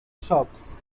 shops